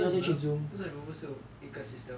为什么你们为什么你们不是有一个 system